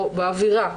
או באווירה,